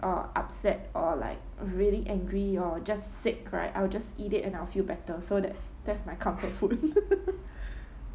or upset or like really angry or just sick right I will just eat it and I will feel better so that's that's my comfort food